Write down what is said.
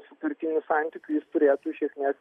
su pirkinių santykiu jis turėtų iš esmės